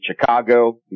Chicago